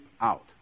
out